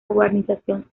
urbanización